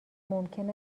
ممکن